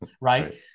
Right